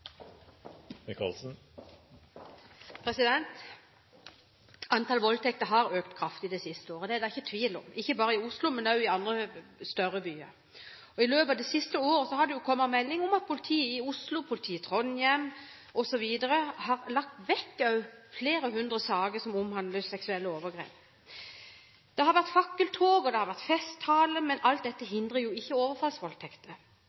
det ikke tvil om – ikke bare i Oslo, men også i andre større byer. I løpet av det siste året har det kommet meldinger om at politiet i Oslo, politiet i Trondheim osv. har lagt bort flere hundre saker som omhandler seksuelle overgrep. Det har vært fakkeltog, og det har vært festtaler, men alt dette